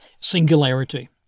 singularity